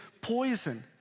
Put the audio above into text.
poison